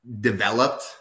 developed